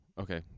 okay